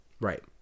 Right